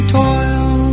toil